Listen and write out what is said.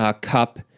cup